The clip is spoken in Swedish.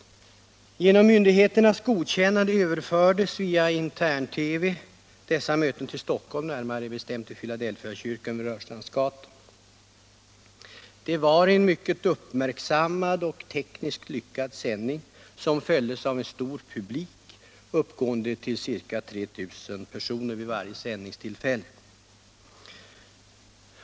Genom myndigheternas godkännande överfördes via intern TV dessa möten till Stockholm, närmare bestämt till Filadelfiakyrkan vid Rörstrandsgatan. Det var en mycket uppmärksammad och tekniskt lyckad sändning som följdes av en stor publik uppgående till ca 3000 personer vid varje sändningstillfälle.